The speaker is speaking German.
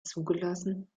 zugelassen